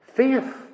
Faith